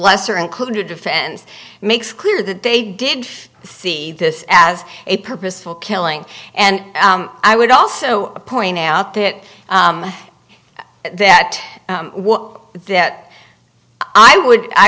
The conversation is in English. lesser included offense makes clear that they did see this as a purposeful killing and i would also point out that that that i would i